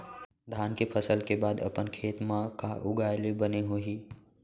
धान के फसल के बाद अपन खेत मा का उगाए ले बने होही?